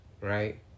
Right